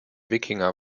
wikinger